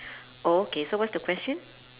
okay so what's the question